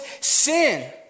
sin